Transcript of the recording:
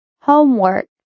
Homework